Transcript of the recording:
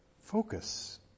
focus